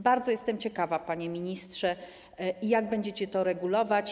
Bardzo jestem ciekawa, panie ministrze, jak będziecie to regulować.